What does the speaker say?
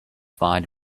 find